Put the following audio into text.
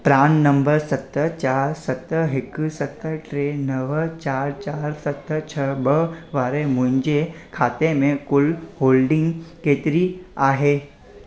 PRAN number सत चार सत हिक सत टे नव चारि चारि सत छ ॿ वारे मुंहिंजे खाते में कुल होल्डिंग केतरी आहे